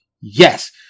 Yes